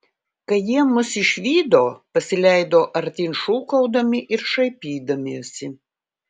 kai jie mus išvydo pasileido artyn šūkaudami ir šaipydamiesi